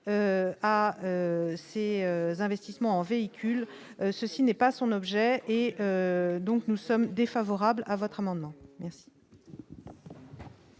un investissement véhicule, ceci n'est pas son objet et donc nous sommes défavorables à votre amendement merci.